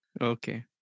Okay